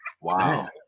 wow